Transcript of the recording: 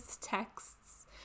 texts